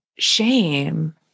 Shame